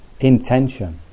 Intention